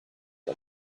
and